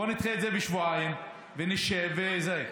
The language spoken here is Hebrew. בוא נדחה את זה בשבועיים, ונשב וזה.